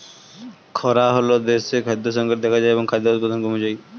খরা হলে দেশে খাদ্য সংকট দেখা যায় এবং খাদ্য উৎপাদন কমে যায়